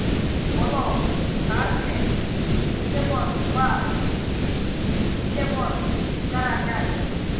call কাড়কে disable বা enable ক্যরা যায়